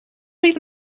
oedd